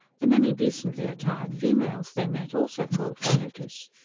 the many decently attired females they met also called for notice.